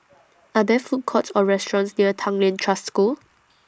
Are There Food Courts Or restaurants near Tanglin Trust School